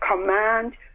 command